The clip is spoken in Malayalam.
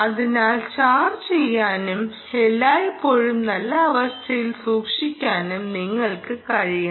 അതിനാൽ ചാർജ്ജ് ചെയ്യാനും എല്ലായ്പ്പോഴും നല്ല അവസ്ഥയിൽ സൂക്ഷിക്കാനും നിങ്ങൾക്ക് കഴിയണം